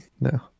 no